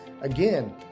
again